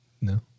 No